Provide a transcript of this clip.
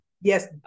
Yes